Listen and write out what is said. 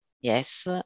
yes